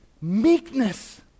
meekness